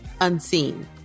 *Unseen*